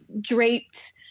draped